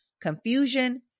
confusion